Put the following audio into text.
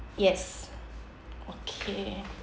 yes okay